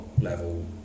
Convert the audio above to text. level